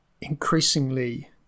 increasingly